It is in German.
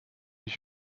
ich